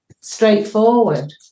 straightforward